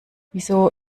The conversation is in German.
wieso